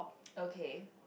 okay